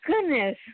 goodness